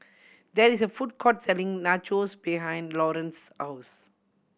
there is a food court selling Nachos behind Lawerence's house